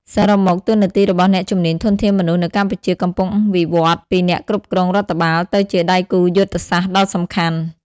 សរុបមក តួនាទីរបស់អ្នកជំនាញធនធានមនុស្សនៅកម្ពុជាកំពុងវិវឌ្ឍពីអ្នកគ្រប់គ្រងរដ្ឋបាលទៅជាដៃគូយុទ្ធសាស្ត្រដ៏សំខាន់។